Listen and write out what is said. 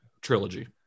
trilogy